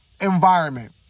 environment